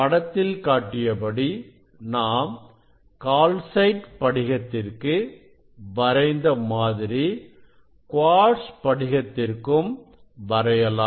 படத்தில் காட்டியபடி நாம் கால்சைட் படிகத்திற்கு வரைந்த மாதிரி குவார்ட்ஸ் படிகத்திற்கும் வரையலாம்